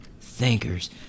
thinkers